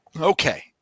Okay